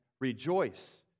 Rejoice